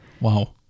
Wow